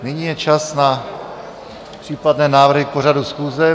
Nyní je čas na případné návrhy k pořadu schůze.